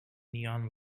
neon